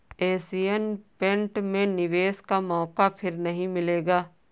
Asian paint में निवेश का मौका फिर नही मिलेगा